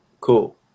cool